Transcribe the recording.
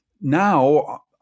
Now